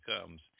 comes